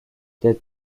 der